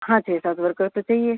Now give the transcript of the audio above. हाँ छः सात वर्कर तो चाहिए